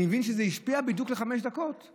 אני מבין שזה השפיע לחמש דקות בדיוק.